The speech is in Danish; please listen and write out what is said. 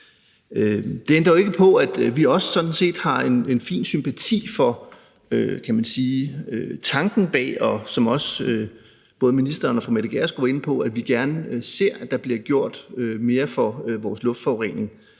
Det ændrer jo ikke på, at vi sådan set også har en fin sympati for tanken bag, og som også både ministeren og fru Mette Gjerskov er inde på, ser vi gerne, at der bliver gjort mere for vores luftforurening,